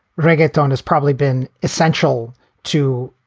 reggaeton has probably been essential to,